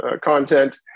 content